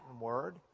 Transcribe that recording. word